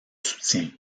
soutient